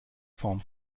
form